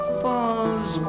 falls